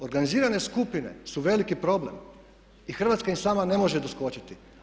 Organizirane skupine su veliki problem i Hrvatska im sama ne može doskočiti.